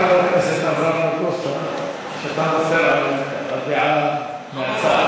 חבר הכנסת אברהם נגוסה, אתה מוותר על דעה מהצד.